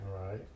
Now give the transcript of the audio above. right